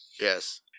Yes